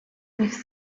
міг